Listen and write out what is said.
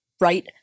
right